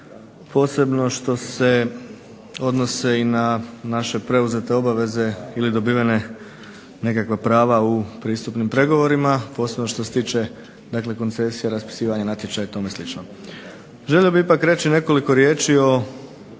Posebno što se odnose i na naše preuzete obveze ili dobivene nekakva prava u pristupnim pregovorima, posebno što se tiče dakle koncesija, raspisivanja natječaja i tome slično. Želio bih ipak reći nekoliko riječi o